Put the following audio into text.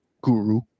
guru